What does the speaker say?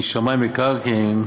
משמאי מקרקעין,